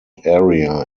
area